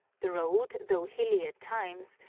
the road, though hilly at times,